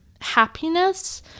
happiness